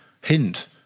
hint